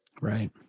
Right